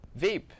vape